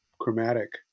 chromatic